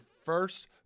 first